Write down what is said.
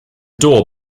door